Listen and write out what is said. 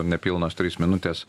nepilnos trys minutės